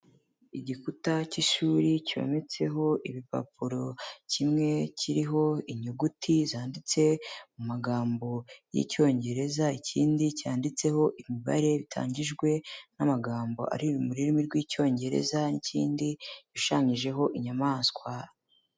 Igikuta cy'ishuri cyometseho ibipapuro, kimwe kiriho inyuguti zanditse mu magambo y'Icyongereza, ikindi cyanditseho imibare bitangijwe n'amagambo ari mu rurimi rw'Icyongereza n'ikindi gishushanyijeho inyamaswa.